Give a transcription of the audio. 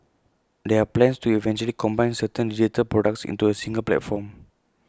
there are plans to eventually combine certain digital products into A single platform